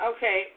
Okay